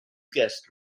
guest